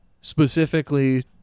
specifically